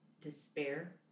despair